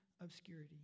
obscurity